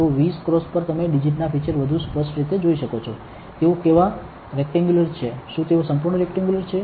તો 20 x પર તમે ડિજિટના ફીચર્સ વધુ સ્પષ્ટ રીતે જોઈ શકો છો તેઓ કેવા રેક્ટેંગ્યુલર છે શું તેઓ સંપૂર્ણ રેક્ટેંગલ છે